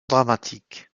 dramatique